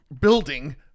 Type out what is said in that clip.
building